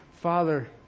Father